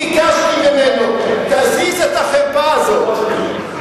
ביקשתי ממנו: תזיז את החרפה הזאת.